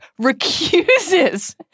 recuses